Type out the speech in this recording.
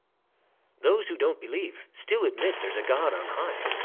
those who don't believe still admit there's a god on high.